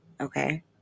Okay